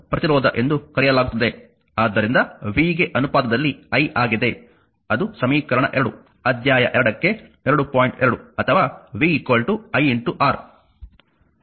ಆದ್ದರಿಂದ vಗೆ ಅನುಪಾತದಲ್ಲಿ i ಆಗಿದೆ ಅದು ಸಮೀಕರಣ 2 ಅಧ್ಯಾಯ 2 ಕ್ಕೆ 2